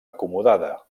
acomodada